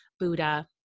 Buddha